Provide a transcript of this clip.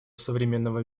современного